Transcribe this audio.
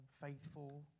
faithful